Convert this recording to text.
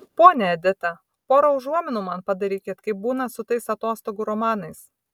ponia edita pora užuominų man padarykit kaip būna su tais atostogų romanais